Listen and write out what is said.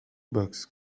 box